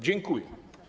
Dziękuję.